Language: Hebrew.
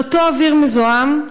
לאותו אוויר מזוהם,